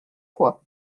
fois